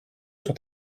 sont